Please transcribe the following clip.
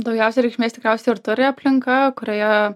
daugiausiai reikšmės tikriausiai ir turi aplinka kurioje